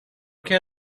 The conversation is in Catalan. què